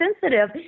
sensitive